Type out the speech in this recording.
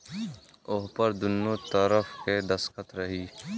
ओहपर दुन्नो तरफ़ के दस्खत रही